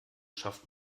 schafft